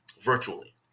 virtually